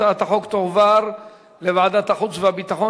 הצעת החוק תועבר לוועדת החוץ והביטחון